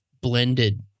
blended